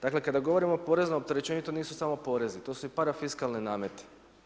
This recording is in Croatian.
Dakle kada govorimo o poreznom opterećenju, to nisu samo porezi, to su i parafiskalni nameti.